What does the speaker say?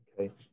Okay